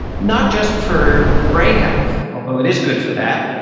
not just for brain health, although it is good for that,